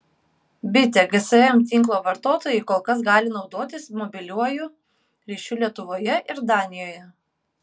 bitė gsm tinklo vartotojai kol kas gali naudotis mobiliuoju ryšiu lietuvoje ir danijoje